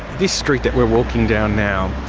this street that we're walking down now,